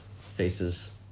faces